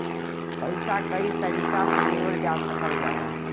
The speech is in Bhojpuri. पइसा कई तरीका से लेवल जा सकल जाला